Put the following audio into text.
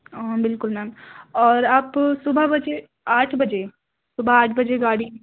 ہاں بالکل میم اور آپ صبح بجے آٹھ بجے صبح آٹھ بجے گاڑی